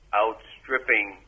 outstripping